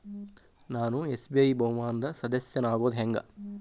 ನಾನು ಎಸ್.ಬಿ.ಐ ಬಹುಮಾನದ್ ಸದಸ್ಯನಾಗೋದ್ ಹೆಂಗ?